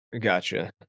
Gotcha